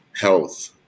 health